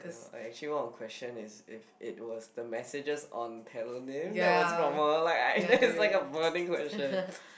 uh I actually want to question is if it was the messages on that was from a like I that is like a burning question